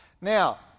Now